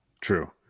true